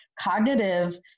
cognitive